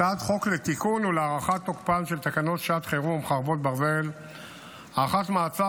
לקריאה שנייה ולקריאה שלישית: הצעת חוק זכויות נפגעי עבירה (תיקון מס'